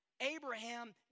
Abraham